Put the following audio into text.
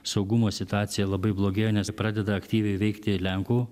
saugumo situacija labai blogėjo nes pradeda aktyviai veikti ir lenkų